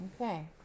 okay